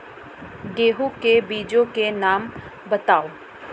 गेहूँ के बीजों के नाम बताओ?